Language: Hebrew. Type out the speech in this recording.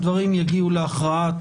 הדברים יגיעו להכרעת